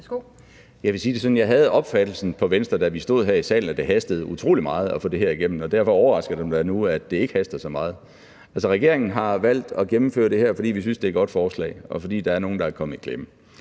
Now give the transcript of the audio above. jeg havde opfattelsen, da vi stod her i salen, at det hastede utrolig meget for Venstre at få det her igennem. Derfor overrasker det mig da nu, at det ikke haster så meget. Altså, regeringen har valgt at gennemføre det her, fordi vi synes, det er et godt forslag, og fordi der er nogle, der er kommet i klemme.